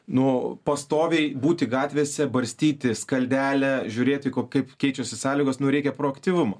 nu pastoviai būti gatvėse barstyti skaldele žiūrėti ko kaip keičiasi sąlygos nu reikia produktyvumo